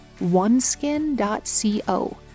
oneskin.co